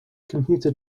computer